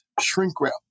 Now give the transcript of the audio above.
shrink-wrap